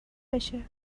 بشه